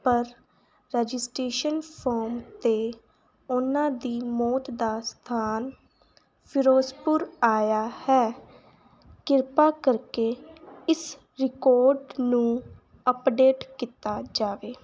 ਪਰ registration form 'ਤੇ ਉਹਨਾਂ ਦੀ ਮੌਤ ਦਾ ਸਥਾਨ ਫਿਰੋਜ਼ਪੁਰ ਆਇਆ ਹੈ ਕਿਰਪਾ ਕਰਕੇ ਇਸ ਰਿਕਾਰਡ ਨੂੰ ਅਪਡੇਟ ਕੀਤਾ ਜਾਵੇ